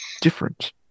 different